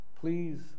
please